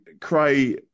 Cray